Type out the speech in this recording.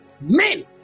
men